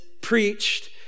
preached